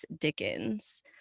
Dickens